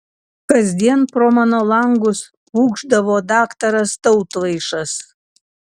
kasdien pro mano langus pūkšdavo daktaras tautvaišas